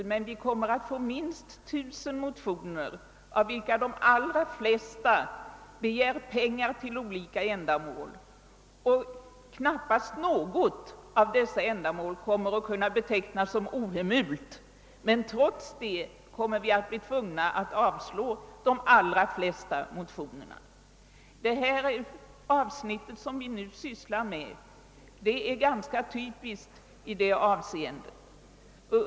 Men, sade jag, det kommer att väckas minst 1 000 motioner, och i de allra flesta kommer man att begära pengar till olika ändamål. Och knappast något av de ändamålen kommer att kunna betecknas som ohemult. Men trots detta kommer vi att vara tvungna att avslå de flesta motionerna. Det avsnitt som vi nu behandlar är i det avseendet ganska typiskt.